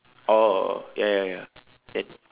oh oh ya ya ya then